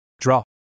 Draw